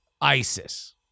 ISIS